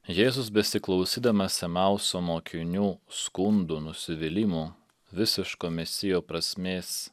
jėzus besiklausydamas emauso mokinių skundų nusivylimų visiško mesijo prasmės